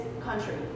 country